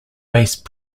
based